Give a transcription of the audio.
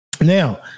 Now